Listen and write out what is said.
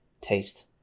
taste